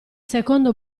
secondo